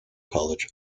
college